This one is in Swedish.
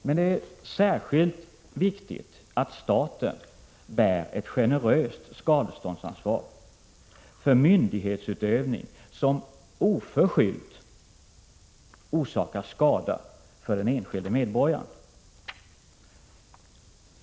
Men det är särskilt viktigt att staten bär ett generöst skadeståndsansvar för myndighetsutövning som oförskyllt orsakar skada för den enskilde medborgaren.